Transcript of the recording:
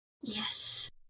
Yes